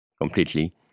completely